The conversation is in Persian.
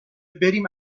بریم